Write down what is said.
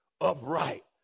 Upright